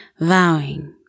vowing